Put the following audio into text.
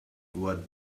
what